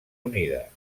unides